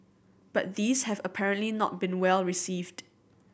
but these have apparently not been well received